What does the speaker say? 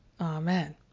amen